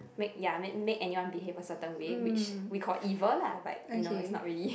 make ya make make anyone behaviour certain way which we call evil lah but you know it's not really